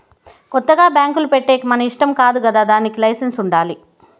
కొత్తగా బ్యాంకులు పెట్టేకి మన ఇష్టం కాదు కదా దానికి లైసెన్స్ ఉండాలి